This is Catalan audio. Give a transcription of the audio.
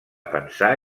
pensar